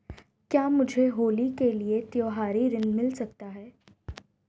क्या मुझे होली के लिए त्यौहारी ऋण मिल सकता है?